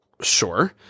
Sure